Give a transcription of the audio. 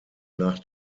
nach